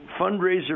fundraiser